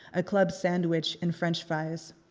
a club sandwich and french fries.